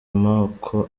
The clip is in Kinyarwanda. amoko